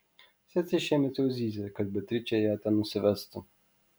sesė šiemet jau zyzė kad beatričė ją ten nusivestų